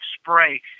spray